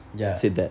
ya